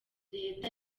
leta